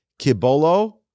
kibolo